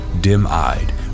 dim-eyed